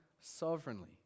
sovereignly